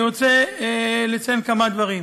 אני רוצה לציין כמה דברים.